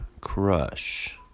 Crush